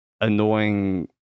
annoying